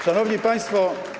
Szanowni Państwo!